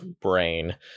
brain